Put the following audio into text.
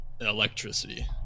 Electricity